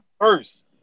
first